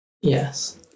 Yes